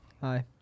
Hi